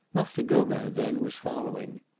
marthe gobin, then, was following.